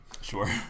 Sure